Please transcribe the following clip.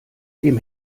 dem